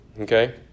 Okay